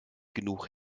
genug